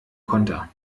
konter